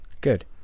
Good